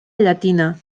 llatina